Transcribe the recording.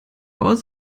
aus